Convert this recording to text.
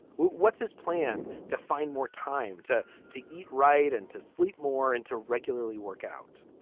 what's his plan to find more time to to eat right and to sleep more into regularly workout